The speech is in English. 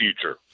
future